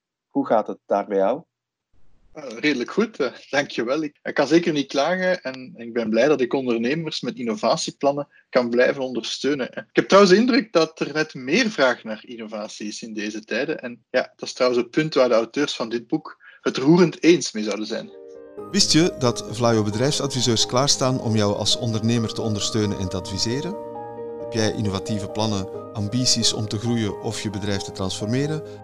Hoe gaat het daar bij jou? Eh, redelijk goed, eh, dankjewel. Ik- ik kan zeker niet klagen en ik ben blij dat ik ondernemers met innovatieplannen kan blijven ondersteunen. Ik heb trouwens de indruk dat er net meer vraag naar innovatie is in deze tijden. En ja, dat is trouwens het punt waar de auteurs van dit boek het roerend eens mee zouden zijn. Wist je dat VLAIO bedrijfsadviseurs klaarstaan om jou als ondernemer te ondersteunen en te adviseren? Heb jij innovatieve plannen, ambities om te groeien of je bedrijf te transformeren?